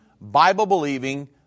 Bible-believing